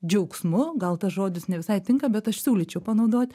džiaugsmu gal tas žodis ne visai tinka bet aš siūlyčiau panaudot